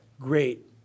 great